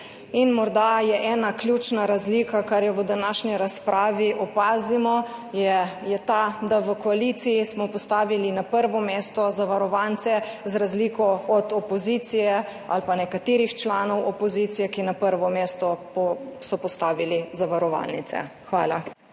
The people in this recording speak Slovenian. učinkovit. Ključna razlika, ki jo v današnji razpravi opazimo, je ta, da smo v koaliciji postavili na prvo mesto zavarovance, za razliko od opozicije ali pa nekaterih članov opozicije, ki so na prvo mesto postavili zavarovalnice. Hvala.